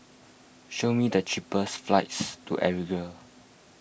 show me the cheapest flights to Algeria